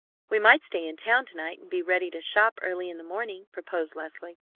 we might stay in town to-night, and be ready to shop early in the morning, proposed leslie.